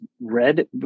red